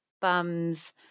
bums